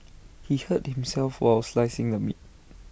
he hurt himself while slicing the meat